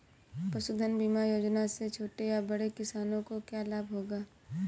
पशुधन बीमा योजना से छोटे या बड़े किसानों को क्या लाभ होगा?